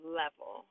level